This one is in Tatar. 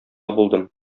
булдым